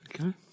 Okay